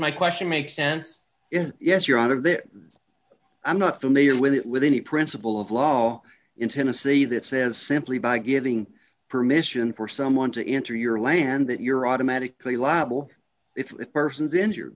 my question make sense if yes you're out of there i'm not familiar with it with any principle of law in tennessee that says simply by giving permission for someone to enter your land that you're automatically labral if a person is injured